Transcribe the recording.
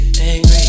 angry